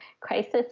crisis